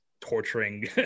torturing